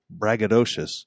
braggadocious